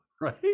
Right